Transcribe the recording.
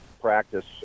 practice